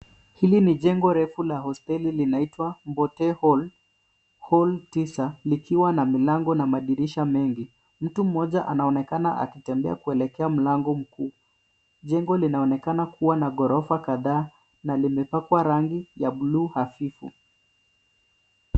Hili ni jengo refu la hosteli. Linaitwa Mbote Hall, hall 9 likiwa na milango na madirisha mengi. Mtu mmoja anaonekana akitembea kuelekea mlango mkuu. Jengo linaonekana kuwa na ghorofa kadhaa na limepakwa rangi ya bluu hafifu.